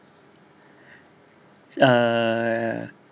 err